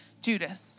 Judas